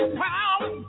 power